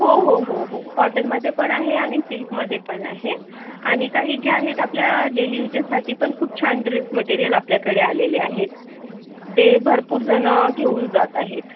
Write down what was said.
हो हो हो हो कॉटनमध्ये पण आहे आणि सिल्कमध्ये पण आहे आणि काही जे आहेत आपल्या डेली यूजेससाठी पण खूप छान ड्रेस मटेरिअल आपल्याकडे आलेले आहेत ते भरपूर जण घेऊन जात आहेत